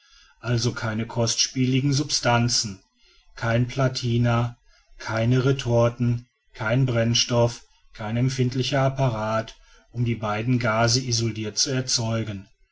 also keine kostspieligen substanzen kein platina keine retorten kein brennstoff kein empfindlicher apparat um die beiden gase isolirt zu erzeugen